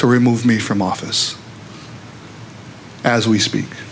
to remove me from office as we speak